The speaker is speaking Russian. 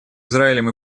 израилем